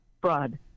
fraud